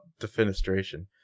defenestration